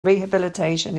rehabilitation